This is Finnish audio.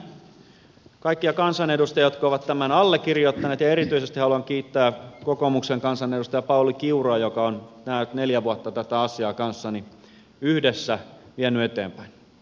kiitän kaikkia kansanedustajia jotka ovat tämän allekirjoittaneet ja erityisesti haluan kiittää kokoomuksen kansanedustaja pauli kiurua joka on nämä neljä vuotta tätä asiaa kanssani yhdessä jännite